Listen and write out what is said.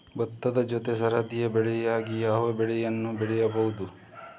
ಭತ್ತದ ಜೊತೆ ಸರದಿ ಬೆಳೆಯಾಗಿ ಯಾವ ಬೆಳೆಯನ್ನು ಬೆಳೆಯಬಹುದು?